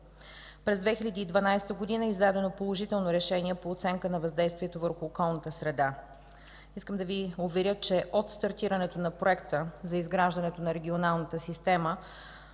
През 2012 г. е издадено положително решение по оценка на въздействието върху околната среда. Искам да Ви уверя, че от стартирането на проекта за изграждането на регионалната система